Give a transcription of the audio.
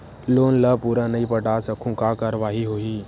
Loan ला पूरा नई पटा सकहुं का कारवाही होही?